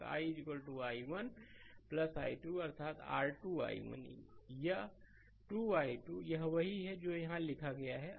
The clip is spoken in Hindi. आपका i i1 i2 अर्थात R2 i1 या 2 i2 यह वही है जो यहां लिखा गया है